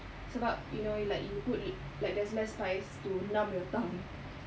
sebab you know like you put it like there's less ties to numb your tongue